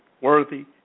Worthy